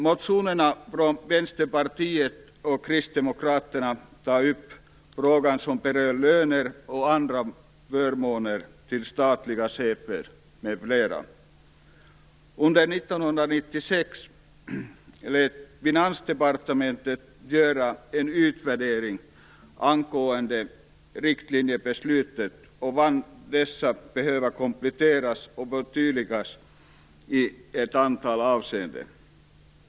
Motionerna från Vänsterpartiet och Kristdemokraterna tar upp frågor om löner och andra förmåner till statliga chefer m.fl. Under 1996 lät Finansdepartementet göra en utvärdering av riktlinjebeslutet och fann att detta behövde kompletteras och förtydligas i ett antal avseenden.